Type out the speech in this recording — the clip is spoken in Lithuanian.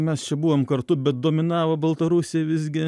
mes čia buvom kartu bet dominavo baltarusiai visgi